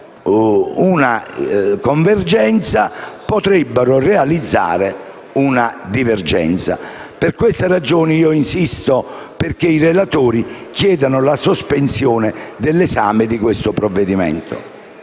una convergenza, dall'altro potrebbero realizzare una divergenza. Per queste ragioni insisto affinché i relatori chiedano la sospensione dell'esame di questo provvedimento.